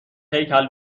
هیکل